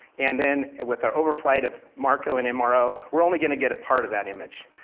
and then, with our overflight of marco and and marco we're only gonna get a part of that image.